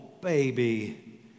baby